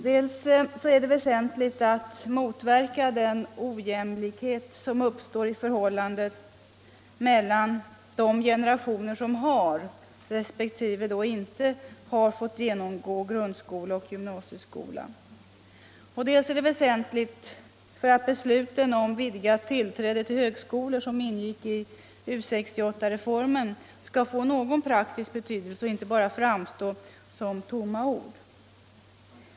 Dels är det väsentligt att motverka den ojämlikhet som uppstår i förhållandet mellan Anslag till vuxenutde generationer som har fått resp. inte har fått genomgå grundskolan bildning och gymnasieskolan, dels är det väsentligt för att besluten om vidgat tillträde till högskolor — som ingick i U 68-reformen — skall få någon praktisk betydelse och inte bara framstå som tomma ord.